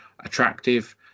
attractive